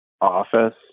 office